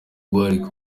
guhagarika